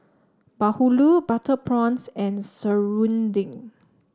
Bahulu Butter Prawns and Serunding